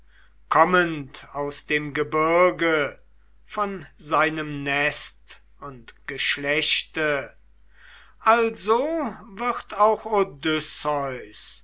kommend aus dem gebirge von seinem nest und geschlechte also wird auch